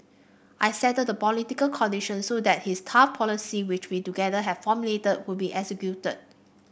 I settled the political conditions so that his tough policy which we together had formulated could be executed